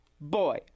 boy